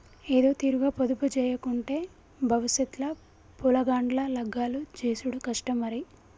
ఏదోతీరుగ పొదుపుజేయకుంటే బవుసెత్ ల పొలగాండ్ల లగ్గాలు జేసుడు కష్టం మరి